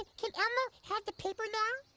can elmo have the paper now?